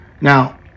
now